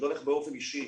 מודה לך באופן אישי